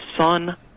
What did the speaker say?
son